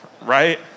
Right